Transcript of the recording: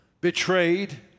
betrayed